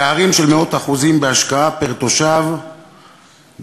פערים של מאות אחוזים בהשקעה פר-תושב בין